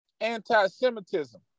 anti-Semitism